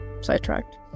sidetracked